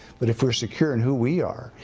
but if we're secure in who we are,